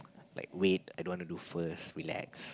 like wait I don't want to do first relax